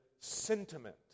sentiment